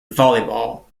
volleyball